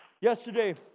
Yesterday